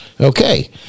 Okay